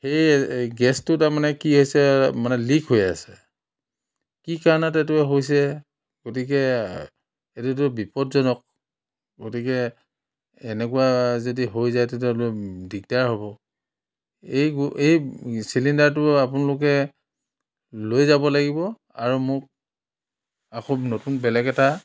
সেই গেছটো তাৰমাণে কি হৈছে মানে লিক হৈ আছে কি কাৰণত এইটো হৈছে গতিকে এইটোতো বিপদজনক গতিকে এনেকুৱা যদি হৈ যায় তেতিয়াতো দিগদাৰ হ'ব এইগো এই চিলিণ্ডাৰটো আপোনলোকে লৈ যাব লাগিব আৰু মোক আকৌ নতুন বেলেগ এটা